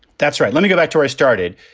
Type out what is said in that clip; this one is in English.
that's right. let me go back to i started.